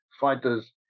fighters